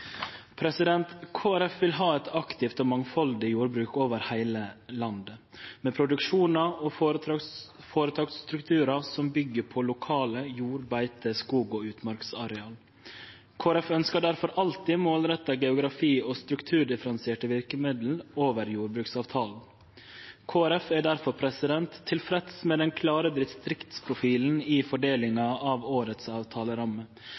vil ha eit aktivt og mangfaldig jordbruk over heile landet, med produksjonar og føretaksstrukturar som byggjer på lokale jord-, beite-, skog- og utmarksareal. Kristeleg Folkeparti ønskjer difor alltid målretta geografi- og strukturdifferensierte verkemiddel over jordbruksavtalen. Kristeleg Folkeparti er difor tilfreds med den klare distriktsprofilen i